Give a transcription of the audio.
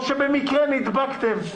או שבמקרה נדבקתם'.